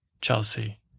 Chelsea